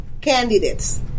candidates